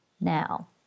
Now